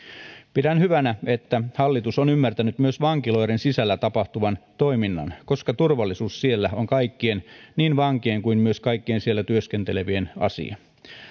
pidän hyvänä että hallitus on ymmärtänyt myös vankiloiden sisällä tapahtuvan toiminnan koska turvallisuus siellä on kaikkien niin vankien kuin myös kaikkien siellä työskentelevien asia